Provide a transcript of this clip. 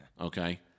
Okay